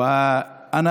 (אומר דברים בשפה הערבית,